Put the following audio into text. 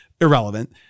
Irrelevant